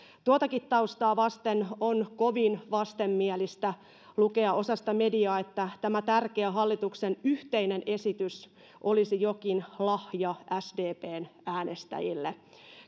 tuotakin taustaa vasten on kovin vastenmielistä lukea osasta mediaa että tämä tärkeä hallituksen yhteinen esitys olisi jokin lahja sdpn äänestäjille